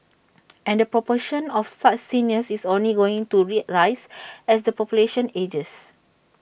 and the proportion of such seniors is only going to rise as the population ages